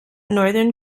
northern